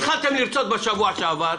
התחלתם לרצות בשבוע שעבר,